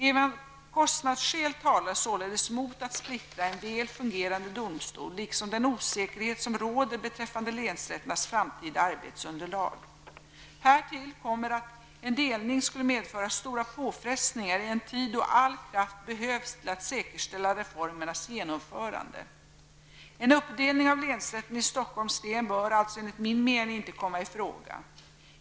Även kostnadsskäl talar således mot att splittra en väl fungerande domstol liksom den osäkerhet som råder beträffande länsrätternas framtida arbetsunderlag. Härtill kommer att en delning skulle medföra stora påfrestningar i en tid då all kraft behövs till att säkerställa reformernas genomförande. En uppdelning av länsrätten i Stockholms län bör alltså enligt min mening inte komma i fråga.